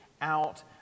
out